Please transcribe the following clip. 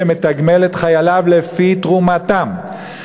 שמתגמל את חייליו לפי תרומתם,